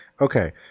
Okay